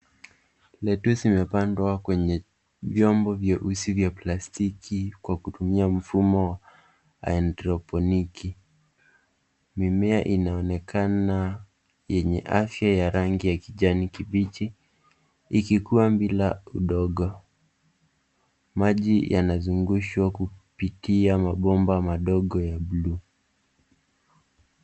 Lettuce imepandwa kwenye vyombo vyeusi vya plastiki kwa kutumia mfumo wa haidroponiki. Mimea inaonekana yenye afya ya rangi ya kijani kibichi ikikua bila udongo. Maji yanazungushwa kupitia mabomba madogo ya bluu.